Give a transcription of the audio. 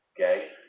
okay